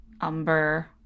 umber